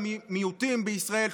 של המיעוטים בישראל,